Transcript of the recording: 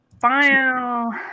Final